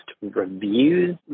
reviews